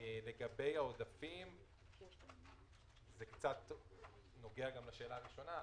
לגבי העודפים זה נוגע קצת גם לשאלה הראשונה.